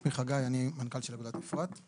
שמי חגי ואני מנכ"ל של אגודת אפרת.